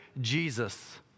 Jesus